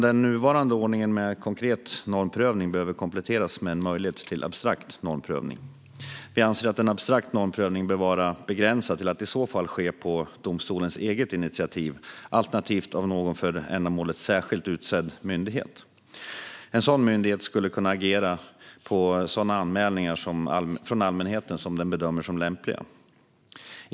Den nuvarande ordningen med konkret normprövning behöver kompletteras med en möjlighet till abstrakt normprövning. Vi anser att en abstrakt normprövning bör vara begränsad till att i så fall ske på domstolens eget initiativ, alternativt av någon för ändamålet särskilt utsedd myndighet. En sådan myndighet skulle kunna agera på sådana anmälningar från allmänheten som den bedömer som lämpliga.